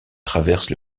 traverse